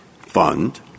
Fund